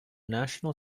national